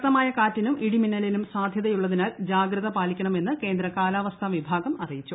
ശക്തമായ കാറ്റിനും ഇടിമിന്നലിനും സാധൃതയുള്ളതിനാൽ ജാഗ്രത പാലിക്കണമെന്ന് കേന്ദ്ര കാലാവസ്ഥാ വിഭാഗം അറിയിച്ചു